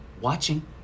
Watching